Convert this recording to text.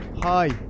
Hi